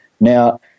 Now